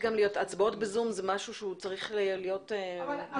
הצבעות ב-זום זה משהו שהוא צריך להיות בחקיקה.